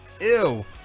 Ew